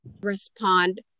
respond